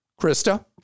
Krista